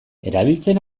erabiltzen